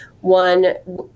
one